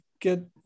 get